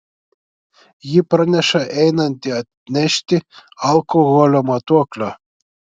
ji praneša einanti atnešti alkoholio matuoklio